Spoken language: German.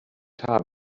haar